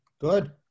Good